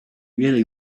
really